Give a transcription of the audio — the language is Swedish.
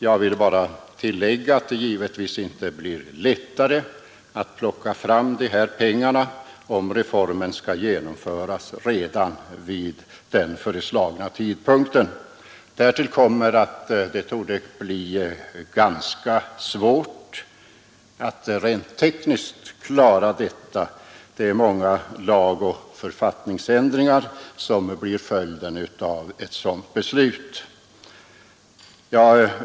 Jag vill bara tillägga att det givetvis inte blir lättare att plocka fram de här pengarna om reformen skall genomföras redan vid den föreslagna tidpunkten. Därtill kommer att det torde bli ganska svårt att rent tekniskt klara detta. Det är många lagoch författningsändringar som blir följden av ett sådant beslut.